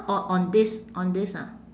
o~ on this on this ah